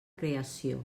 creació